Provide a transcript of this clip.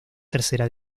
tercera